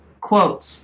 quotes